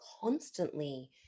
constantly